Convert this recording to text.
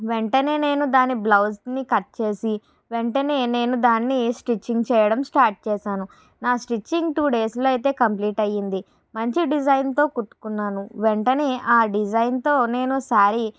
వెంటనే నేను దాన్ని బ్లౌజ్ని కట్ చేసి వెంటనే నేను దాన్ని స్టిచ్చింగ్ చేయడం స్టార్ట్ చేశాను నా స్టిచ్చింగ్ టూ డేస్లో అయితే కంప్లీట్ అయింది మంచి డిజైన్తో కుట్టుకున్నాను వెంటనే ఆ డిజైన్తో నేను సారీ